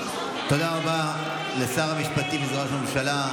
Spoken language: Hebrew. תודה רבה לשר המשפטים וסגן ראש הממשלה,